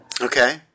Okay